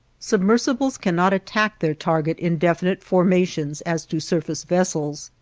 submersibles cannot attack their target in definite formations as do surface vessels,